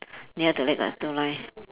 near the lake got two line